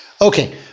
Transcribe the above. Okay